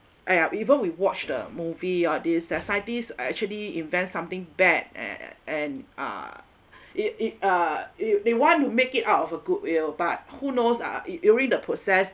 !aiya! even we watch the movie all this the scientists are actually invent something bad at and uh it it uh it they want to make it out of a goodwill but who knows ah it during the process